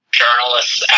journalists